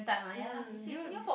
hmm did you